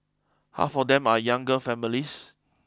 half of them are younger families